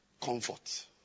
comfort